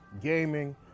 gaming